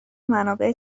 منابع